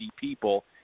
people